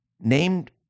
named